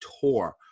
tour